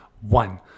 One